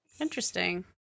Interesting